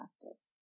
practice